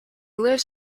lived